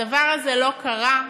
הדבר הזה לא קרה.